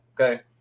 okay